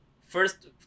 first